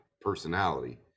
personality